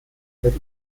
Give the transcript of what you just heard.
wird